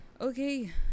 Okay